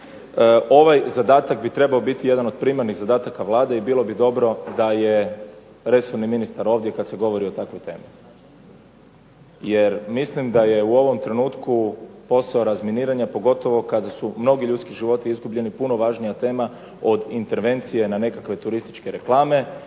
ovaj zadatak bi trebao biti jedan od primarnih zadataka Vlade i bilo bi dobro da je resorni ministar ovdje kad se govori o takvoj temi. Jer mislim da je u ovom trenutku posao razminiranja, pogotovo kada su mnogi ljudski životi izgubljeni, puno važnija tema od intervencije na nekakve turističke reklame